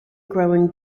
growing